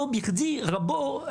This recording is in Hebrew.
לא בכדי רבו,